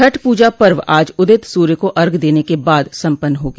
छठ पूजा पर्व आज उदित सूर्य को अर्घ्य देने के बाद सम्पन्न हो गया